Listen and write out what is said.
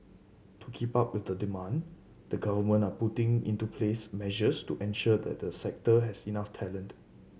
to keep up with demand the government are putting into place measures to ensure that the sector has enough talent